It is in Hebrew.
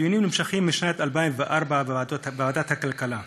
הדיונים נמשכים משנת 2004 בוועדת הכלכלה,